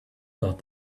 thought